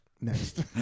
Next